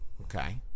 okay